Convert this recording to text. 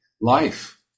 Life